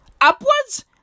upwards